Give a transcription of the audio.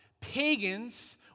pagans